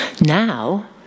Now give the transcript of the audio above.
Now